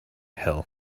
hill